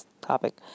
topic